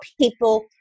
people